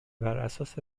براساس